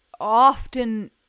often